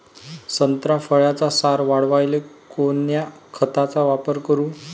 संत्रा फळाचा सार वाढवायले कोन्या खताचा वापर करू?